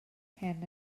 hyn